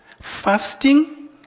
fasting